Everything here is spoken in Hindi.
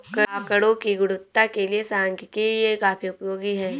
आकड़ों की गुणवत्ता के लिए सांख्यिकी काफी उपयोगी है